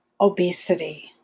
obesity